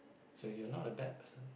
so you are not a bad person